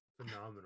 phenomenal